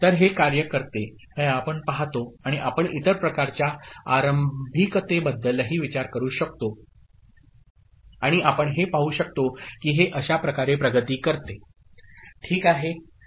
तर हे कार्य करते हे आपण पाहतो आणि आपण इतर प्रकारच्या आरंभिकतेबद्दलही विचार करू शकतो आणि आपण हे पाहू शकतो की हे अशा प्रकारे प्रगती करते ठीक आहे